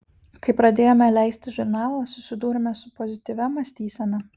kai pradėjome leisti žurnalą susidūrėme su pozityvia mąstysena